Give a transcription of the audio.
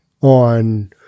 on